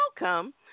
welcome